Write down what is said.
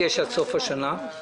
יש חיסיון של בית משפט עליון.